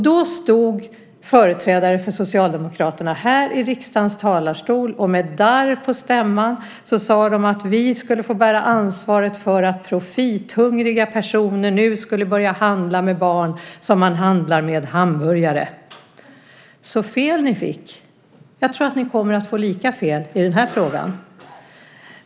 Då stod företrädare för Socialdemokraterna i riksdagens talarstol och sade med darr på stämman att vi skulle få bära ansvaret för att profithungriga personer nu skulle börja handla med barn som man handlar med hamburgare. Så fel ni fick. Jag tror att ni kommer att få lika fel i den här frågan.